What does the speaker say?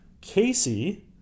Casey